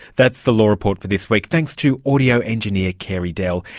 that's the law report for this week. thanks to audio engineer carey dell.